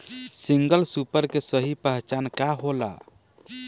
Single super के सही पहचान का होला?